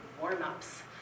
warm-ups